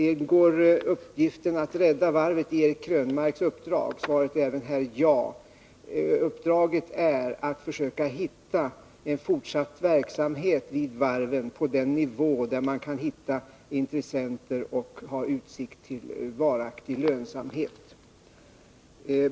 Ingår uppgiften att rädda varvet i Eric Krönmarks uppdrag? Svaret är även här ja. Uppdraget är att försöka få en fortsatt verksamhet vid varven på en Nr 103 nivå där man kan hitta intressenter och ha utsikter till varaktig lönsamhet.